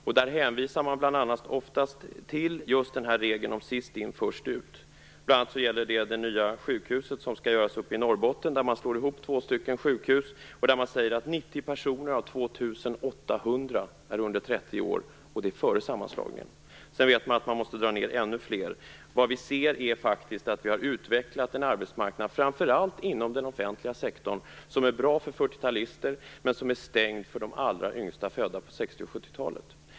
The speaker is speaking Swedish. Ofta hänvisar man just till regeln sist in-först ut. Det gäller bl.a. det nya sjukhuset i Norrbotten. Man slår där ihop två sjukhus. 90 personer av 2 800 är under 30 år, och det före sammanslagningen. Man vet också att man senare måste göra ännu större neddragningar. Vi kan se att vi faktiskt har utvecklat en arbetsmarknad inom framför allt den offentliga sektorn som är bra för 40-talister, men som är stängd för de allra yngsta födda på 60 och 70-talet.